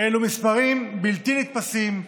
אלו מספרים בלתי נתפסים,